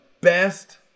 best